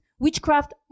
Witchcraft